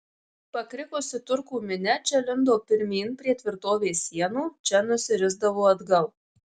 pakrikusi turkų minia čia lindo pirmyn prie tvirtovės sienų čia nusirisdavo atgal